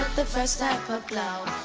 type of blow